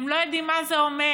הם לא יודעים מה זה אומר.